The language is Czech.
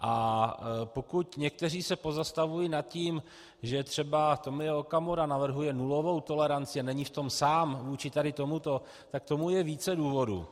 A pokud se někteří pozastavují nad tím, že třeba Tomio Okamura navrhuje nulovou toleranci, a není v tom sám, vůči tady tomuto, tak k tomu je více důvodů.